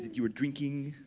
you are drinking?